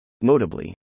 Notably